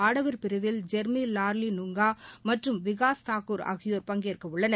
ஆடவர் பிரிவில் ஜெர்மி லால்ரி னுங்கா மற்றும் விகாஸ் தாகூர் ஆகியோர் பங்கேற்க உள்ளனர்